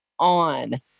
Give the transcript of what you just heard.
on